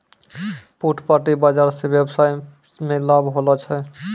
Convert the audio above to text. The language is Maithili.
फुटपाटी बाजार स वेवसाय मे लाभ होलो छै